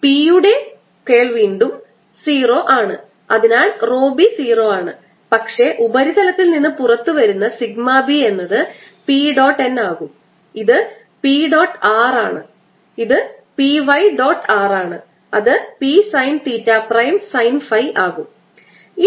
അതിനാൽ P യുടെ കേൾ വീണ്ടും 0 ആണ് അതിനാൽ ρb 0 ആണ് പക്ഷേ ഉപരിതലത്തിൽ നിന്ന് പുറത്തുവരുന്ന σb എന്നത് P ഡോട്ട് n ആകുംഇത് P ഡോട്ട് r ആണ് ഇത് P y ഡോട്ട് r ആണ് അത് P sine theta prime sine phi ആകുo